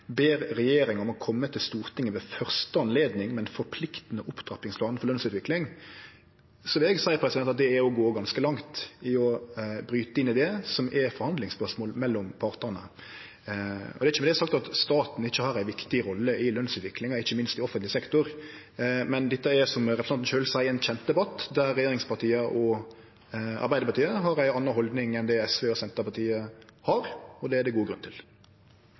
ber regjeringa om å kome «til Stortinget ved første anledning med en forpliktende opptrappingsplan» for lønsutvikling, vil eg seie at det er å gå ganske langt i å bryte inn i det som er forhandlingsspørsmål mellom partane. Det er ikkje med det sagt at staten ikkje har ei viktig rolle i lønsutviklinga, ikkje minst i offentleg sektor. Men dette er, som representanten sjølv seier, ein kjend debatt, der regjeringspartia og Arbeidarpartiet har ei anna haldning enn det SV og Senterpartiet har, og det er det god grunn til.